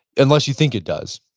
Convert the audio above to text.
unless you think it does,